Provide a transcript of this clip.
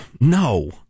No